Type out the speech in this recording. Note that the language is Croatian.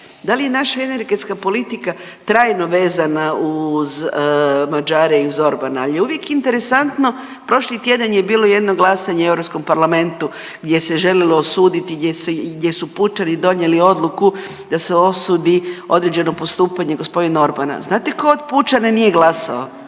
Da li je naša energetska politika trajno vezana uz Mađare i uz Orbana? Ali je uvijek interesantno prošli tjedan je bilo jedno glasanje u Europskom parlamentu gdje se želilo osuditi gdje su Pučani donijeli odluku da se osudi određeno postupanje g. Orbana. Znate tko od Pučana nije glasao?